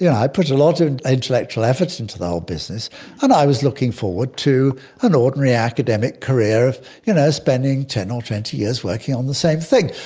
yeah put a lot of intellectual effort into the whole business and i was looking forward to an ordinary academic career of you know spending ten or twenty years working on the same thing.